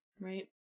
Right